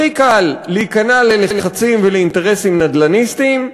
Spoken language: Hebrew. הכי קל להיכנע ללחצים ולאינטרסטים נדל"ניסטים.